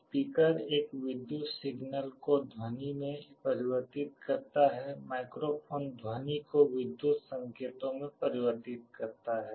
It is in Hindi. स्पीकर एक विद्युत सिग्नल को ध्वनि में परिवर्तित करता है माइक्रोफोन ध्वनि को विद्युत संकेतों में परिवर्तित करता है